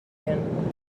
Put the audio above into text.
gent